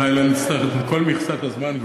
אולי לא נצטרך את כל מכסת הזמן.